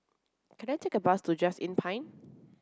can I take a bus to Just Inn Pine